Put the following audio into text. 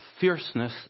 fierceness